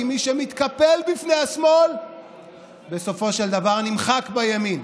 כי מי שמתקפל בפני השמאל בסופו של דבר נמחק בימין.